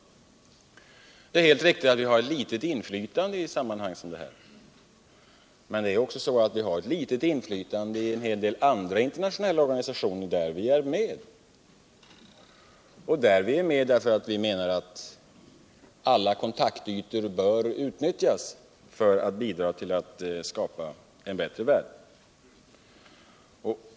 Det är helt riktigt att vårt inflytande är litet i ett sammanhang som det här. Men det är det också i en hel del andra internationella organisationer där vi är med, därför att vi menar att alla kontaktytor bör utnyttjas för att vi skall kunna bidra till att skapa en bättre värld.